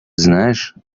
знаешь